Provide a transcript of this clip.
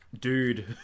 Dude